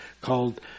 called